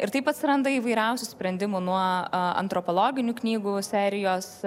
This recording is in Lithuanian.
ir taip atsiranda įvairiausių sprendimų nuo antropologinių knygų serijos